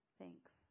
Thanks